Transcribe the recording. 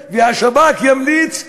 לארצות-הברית ולא לתת שם טביעות אצבע,